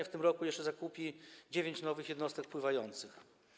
W tym roku jeszcze zakupi dziewięć nowych jednostek pływających.